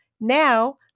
Now